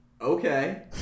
okay